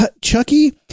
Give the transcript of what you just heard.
Chucky